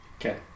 Okay